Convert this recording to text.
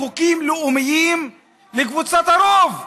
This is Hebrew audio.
חוקים לאומיים לקבוצת הרוב.